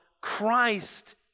Christ